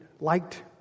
liked